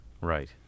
Right